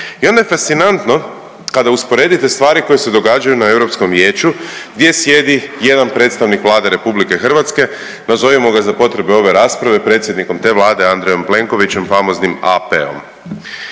I onda je fascinantno kada usporedite stvari koje se događaju na Europskom vijeću gdje sjedi jedan predstavnik Vlade RH, nazovimo ga za potrebe ove rasprave predsjednikom te Vlade Andrejom Plenkovićem famoznim AP-om.